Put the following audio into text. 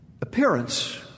appearance